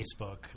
Facebook